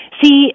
see